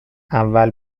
اول